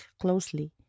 closely